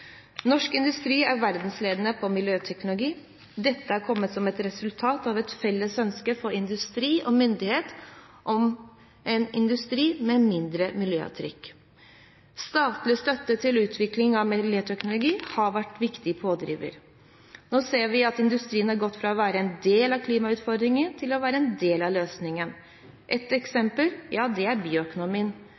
Norsk industri er verdensledende på miljøteknologi. Dette har kommet som et resultat av et felles ønske fra industrien og myndighetene om en industri med mindre miljøavtrykk. Statlig støtte til utvikling av miljøteknologi har vært en viktig pådriver. Nå ser vi at industrien har gått fra å være en del av klimautfordringene til å være en del av løsningen. Et eksempel er bioøkonomien,